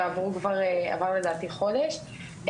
ועבר לדעתי חודש,